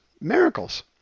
miracles